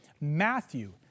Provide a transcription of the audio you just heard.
Matthew